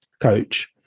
coach